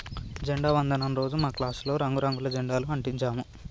జెండా వందనం రోజు మా క్లాసులో రంగు రంగుల జెండాలు అంటించాము